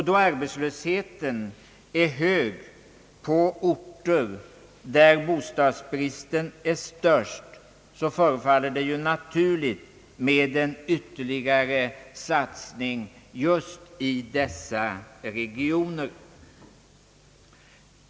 Då arbetslösheten är hög på orter där bostadsbristen är störst förefaller det naturligt med en ytterligare satsning just i dessa regioner.